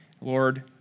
Lord